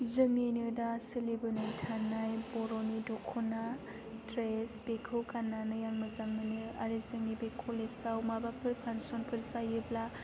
जोंनिनो दा सोलिबोबाय थानाय बर'नि दखना ड्रेस बेखौ गाननानै आं मोजां मोनो आरो जोंनि बे कलेजाव माबाफोर फांसनफोर जायोब्ला